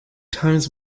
times